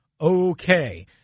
okay